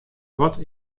wat